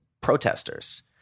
protesters